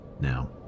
Now